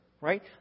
Right